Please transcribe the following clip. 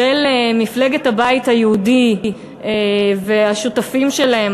של מפלגת הבית היהודי והשותפים שלהם,